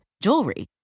jewelry